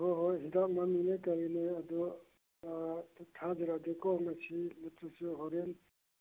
ꯍꯣꯏ ꯍꯣꯏ ꯍꯤꯗꯥꯛ ꯃꯃꯤꯡꯅꯦ ꯀꯔꯤꯅꯦ ꯑꯗꯨ ꯊꯥꯖꯔꯛꯑꯒꯦꯀꯣ ꯉꯁꯤ ꯅꯠꯇ꯭ꯔꯁꯨ ꯍꯣꯔꯦꯟ